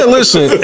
listen